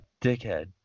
dickhead